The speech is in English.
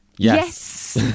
Yes